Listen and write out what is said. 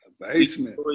basement